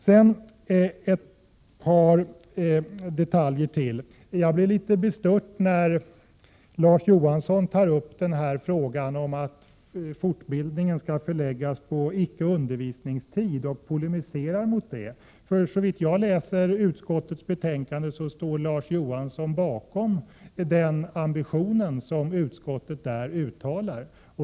Sedan ytterligare ett par detaljer. Jag blev litet bestört när Larz Johansson tog upp frågan om att fortbildningen skall förläggas på icke undervisningstid och polemiserade mot det. Såvitt jag kan se av utskottets betänkande står Larz Johansson bakom den ambition som utskottet där uttalar.